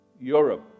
Europe